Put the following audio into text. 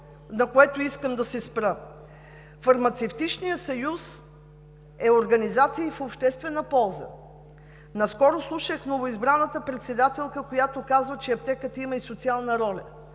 на което искам да се спра. Фармацевтичният съюз е организация в обществена полза. Наскоро слушах новоизбраната председателка, която каза, че аптеката има и социална роля.